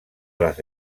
les